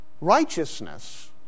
Righteousness